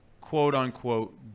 quote-unquote